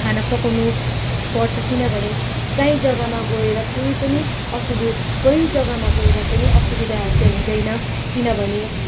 खाना पकाउनु पर्छ किनभने कहीँ जग्गामा गएर कोही पनि असुबि कोही जग्गामा गएर असुविधाहरू चाहिँ हुँदैन किनभने